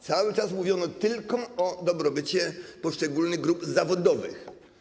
Cały czas mówiono tylko o dobrobycie poszczególnych grup zawodowych.